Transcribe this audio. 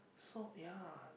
so ya